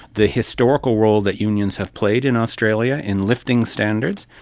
the historical role that unions have played in australia in lifting standards,